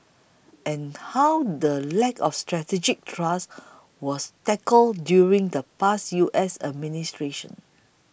and how the lack of strategic trust was tackled during the past U S administrations